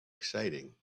exciting